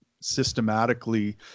systematically